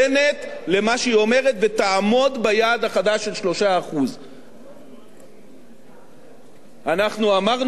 ותעמוד ביעד החדש של 3%. אנחנו אמרנו את זה לכל הגורמים הבין-לאומיים,